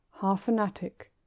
half-fanatic